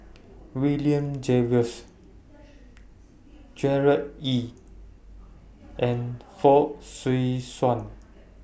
William Jervois Gerard Ee and Fong Swee Suan